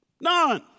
None